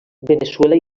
veneçuela